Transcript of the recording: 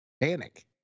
Panic